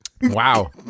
Wow